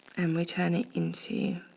and we turn it into